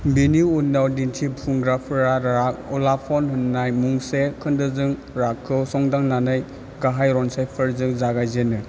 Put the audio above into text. बिनि उनाव दिन्थिफुंग्राफोरा राग अलापन होननाय मुंसे खोनदोजों रागखौ संदाननानै गाहाय रनसायफोरजों जागाय जेनो